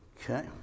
Okay